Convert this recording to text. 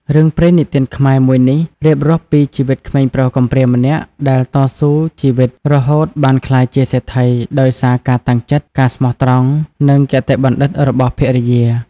រឿងព្រេងនិទានខ្មែរមួយនេះ រៀបរាប់ពីជីវិតក្មេងប្រុសកំព្រាម្នាក់ដែលតស៊ូជីវិត រហូតបានក្លាយជាសេដ្ឋី ដោយសារការតាំងចិត្ត ការស្មោះត្រង់ និងគតិបណ្ឌិតរបស់ភរិយា។